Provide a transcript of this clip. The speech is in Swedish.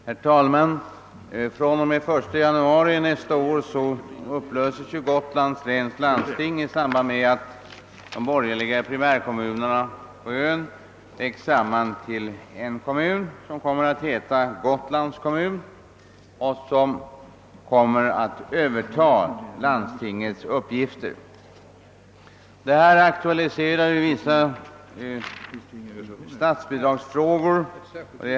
Herr talman! Från och med nästa år upplöses Gotlands läns landsting i samband med att de borgerliga primärkommunerna på ön läggs samman till en kommun, som kommer att heta Gotlands kommun och som skall överta landstingets uppgifter. Detta aktualiserar vissa statsbidragsfrågor.